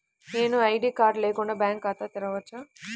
నేను ID card లేకుండా bank ఖాతా తెరవచ్చా?